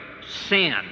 sin